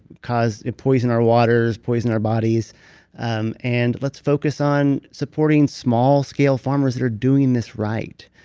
cause. poison our waters, poison our bodies um and let's focus on supporting small scale farmers that are doing this right.